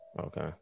Okay